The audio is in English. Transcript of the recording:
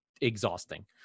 exhausting